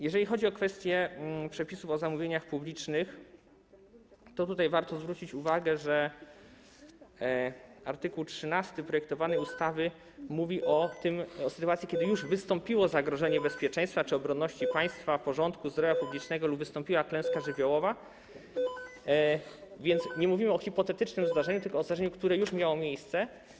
Jeżeli chodzi o kwestie przepisów o zamówieniach publicznych, to tutaj warto zwrócić uwagę, że art. 13 projektowanej ustawy mówi o sytuacji, kiedy już wystąpiło zagrożenie bezpieczeństwa czy obronności państwa, porządku, zdrowia publicznego lub wystąpiła klęska żywiołowa, więc nie mówimy tu o hipotetycznym zdarzeniu, tylko o zdarzeniu, które już miało miejsce.